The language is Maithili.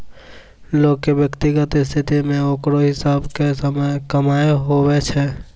लोग के व्यक्तिगत स्थिति मे ओकरा हिसाब से कमाय हुवै छै